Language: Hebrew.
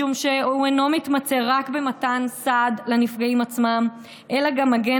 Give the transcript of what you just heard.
משום שהוא אינו מתמצה רק במתן סעד לנפגעים עצמם אלא גם מגן